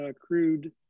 crude